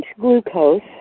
glucose